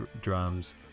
drums